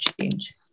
change